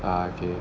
ah okay